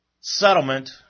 settlement